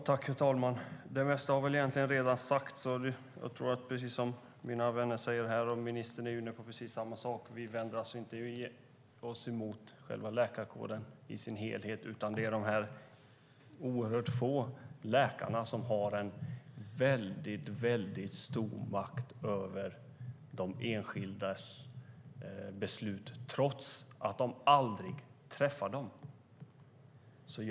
Herr talman! Det mesta har väl redan sagts. Precis som mina vänner här säger, och ministern är inne på samma sak, vänder vi oss alltså inte mot läkarkåren i dess helhet, utan det gäller de få läkare som har en oerhört stor makt över de enskilda besluten trots att de aldrig ens träffar dessa patienter.